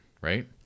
right